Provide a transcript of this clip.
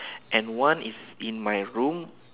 and one is in my room